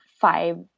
five